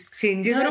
changes